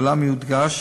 אולם יודגש